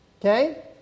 Okay